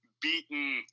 beaten